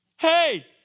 Hey